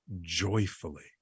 joyfully